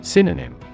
Synonym